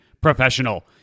professional